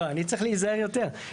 אני צריך להיזהר יותר.